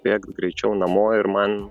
bėgt greičiau namo ir man